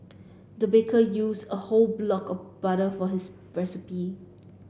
the baker used a whole block of butter for his recipe